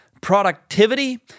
productivity